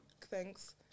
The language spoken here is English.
thanks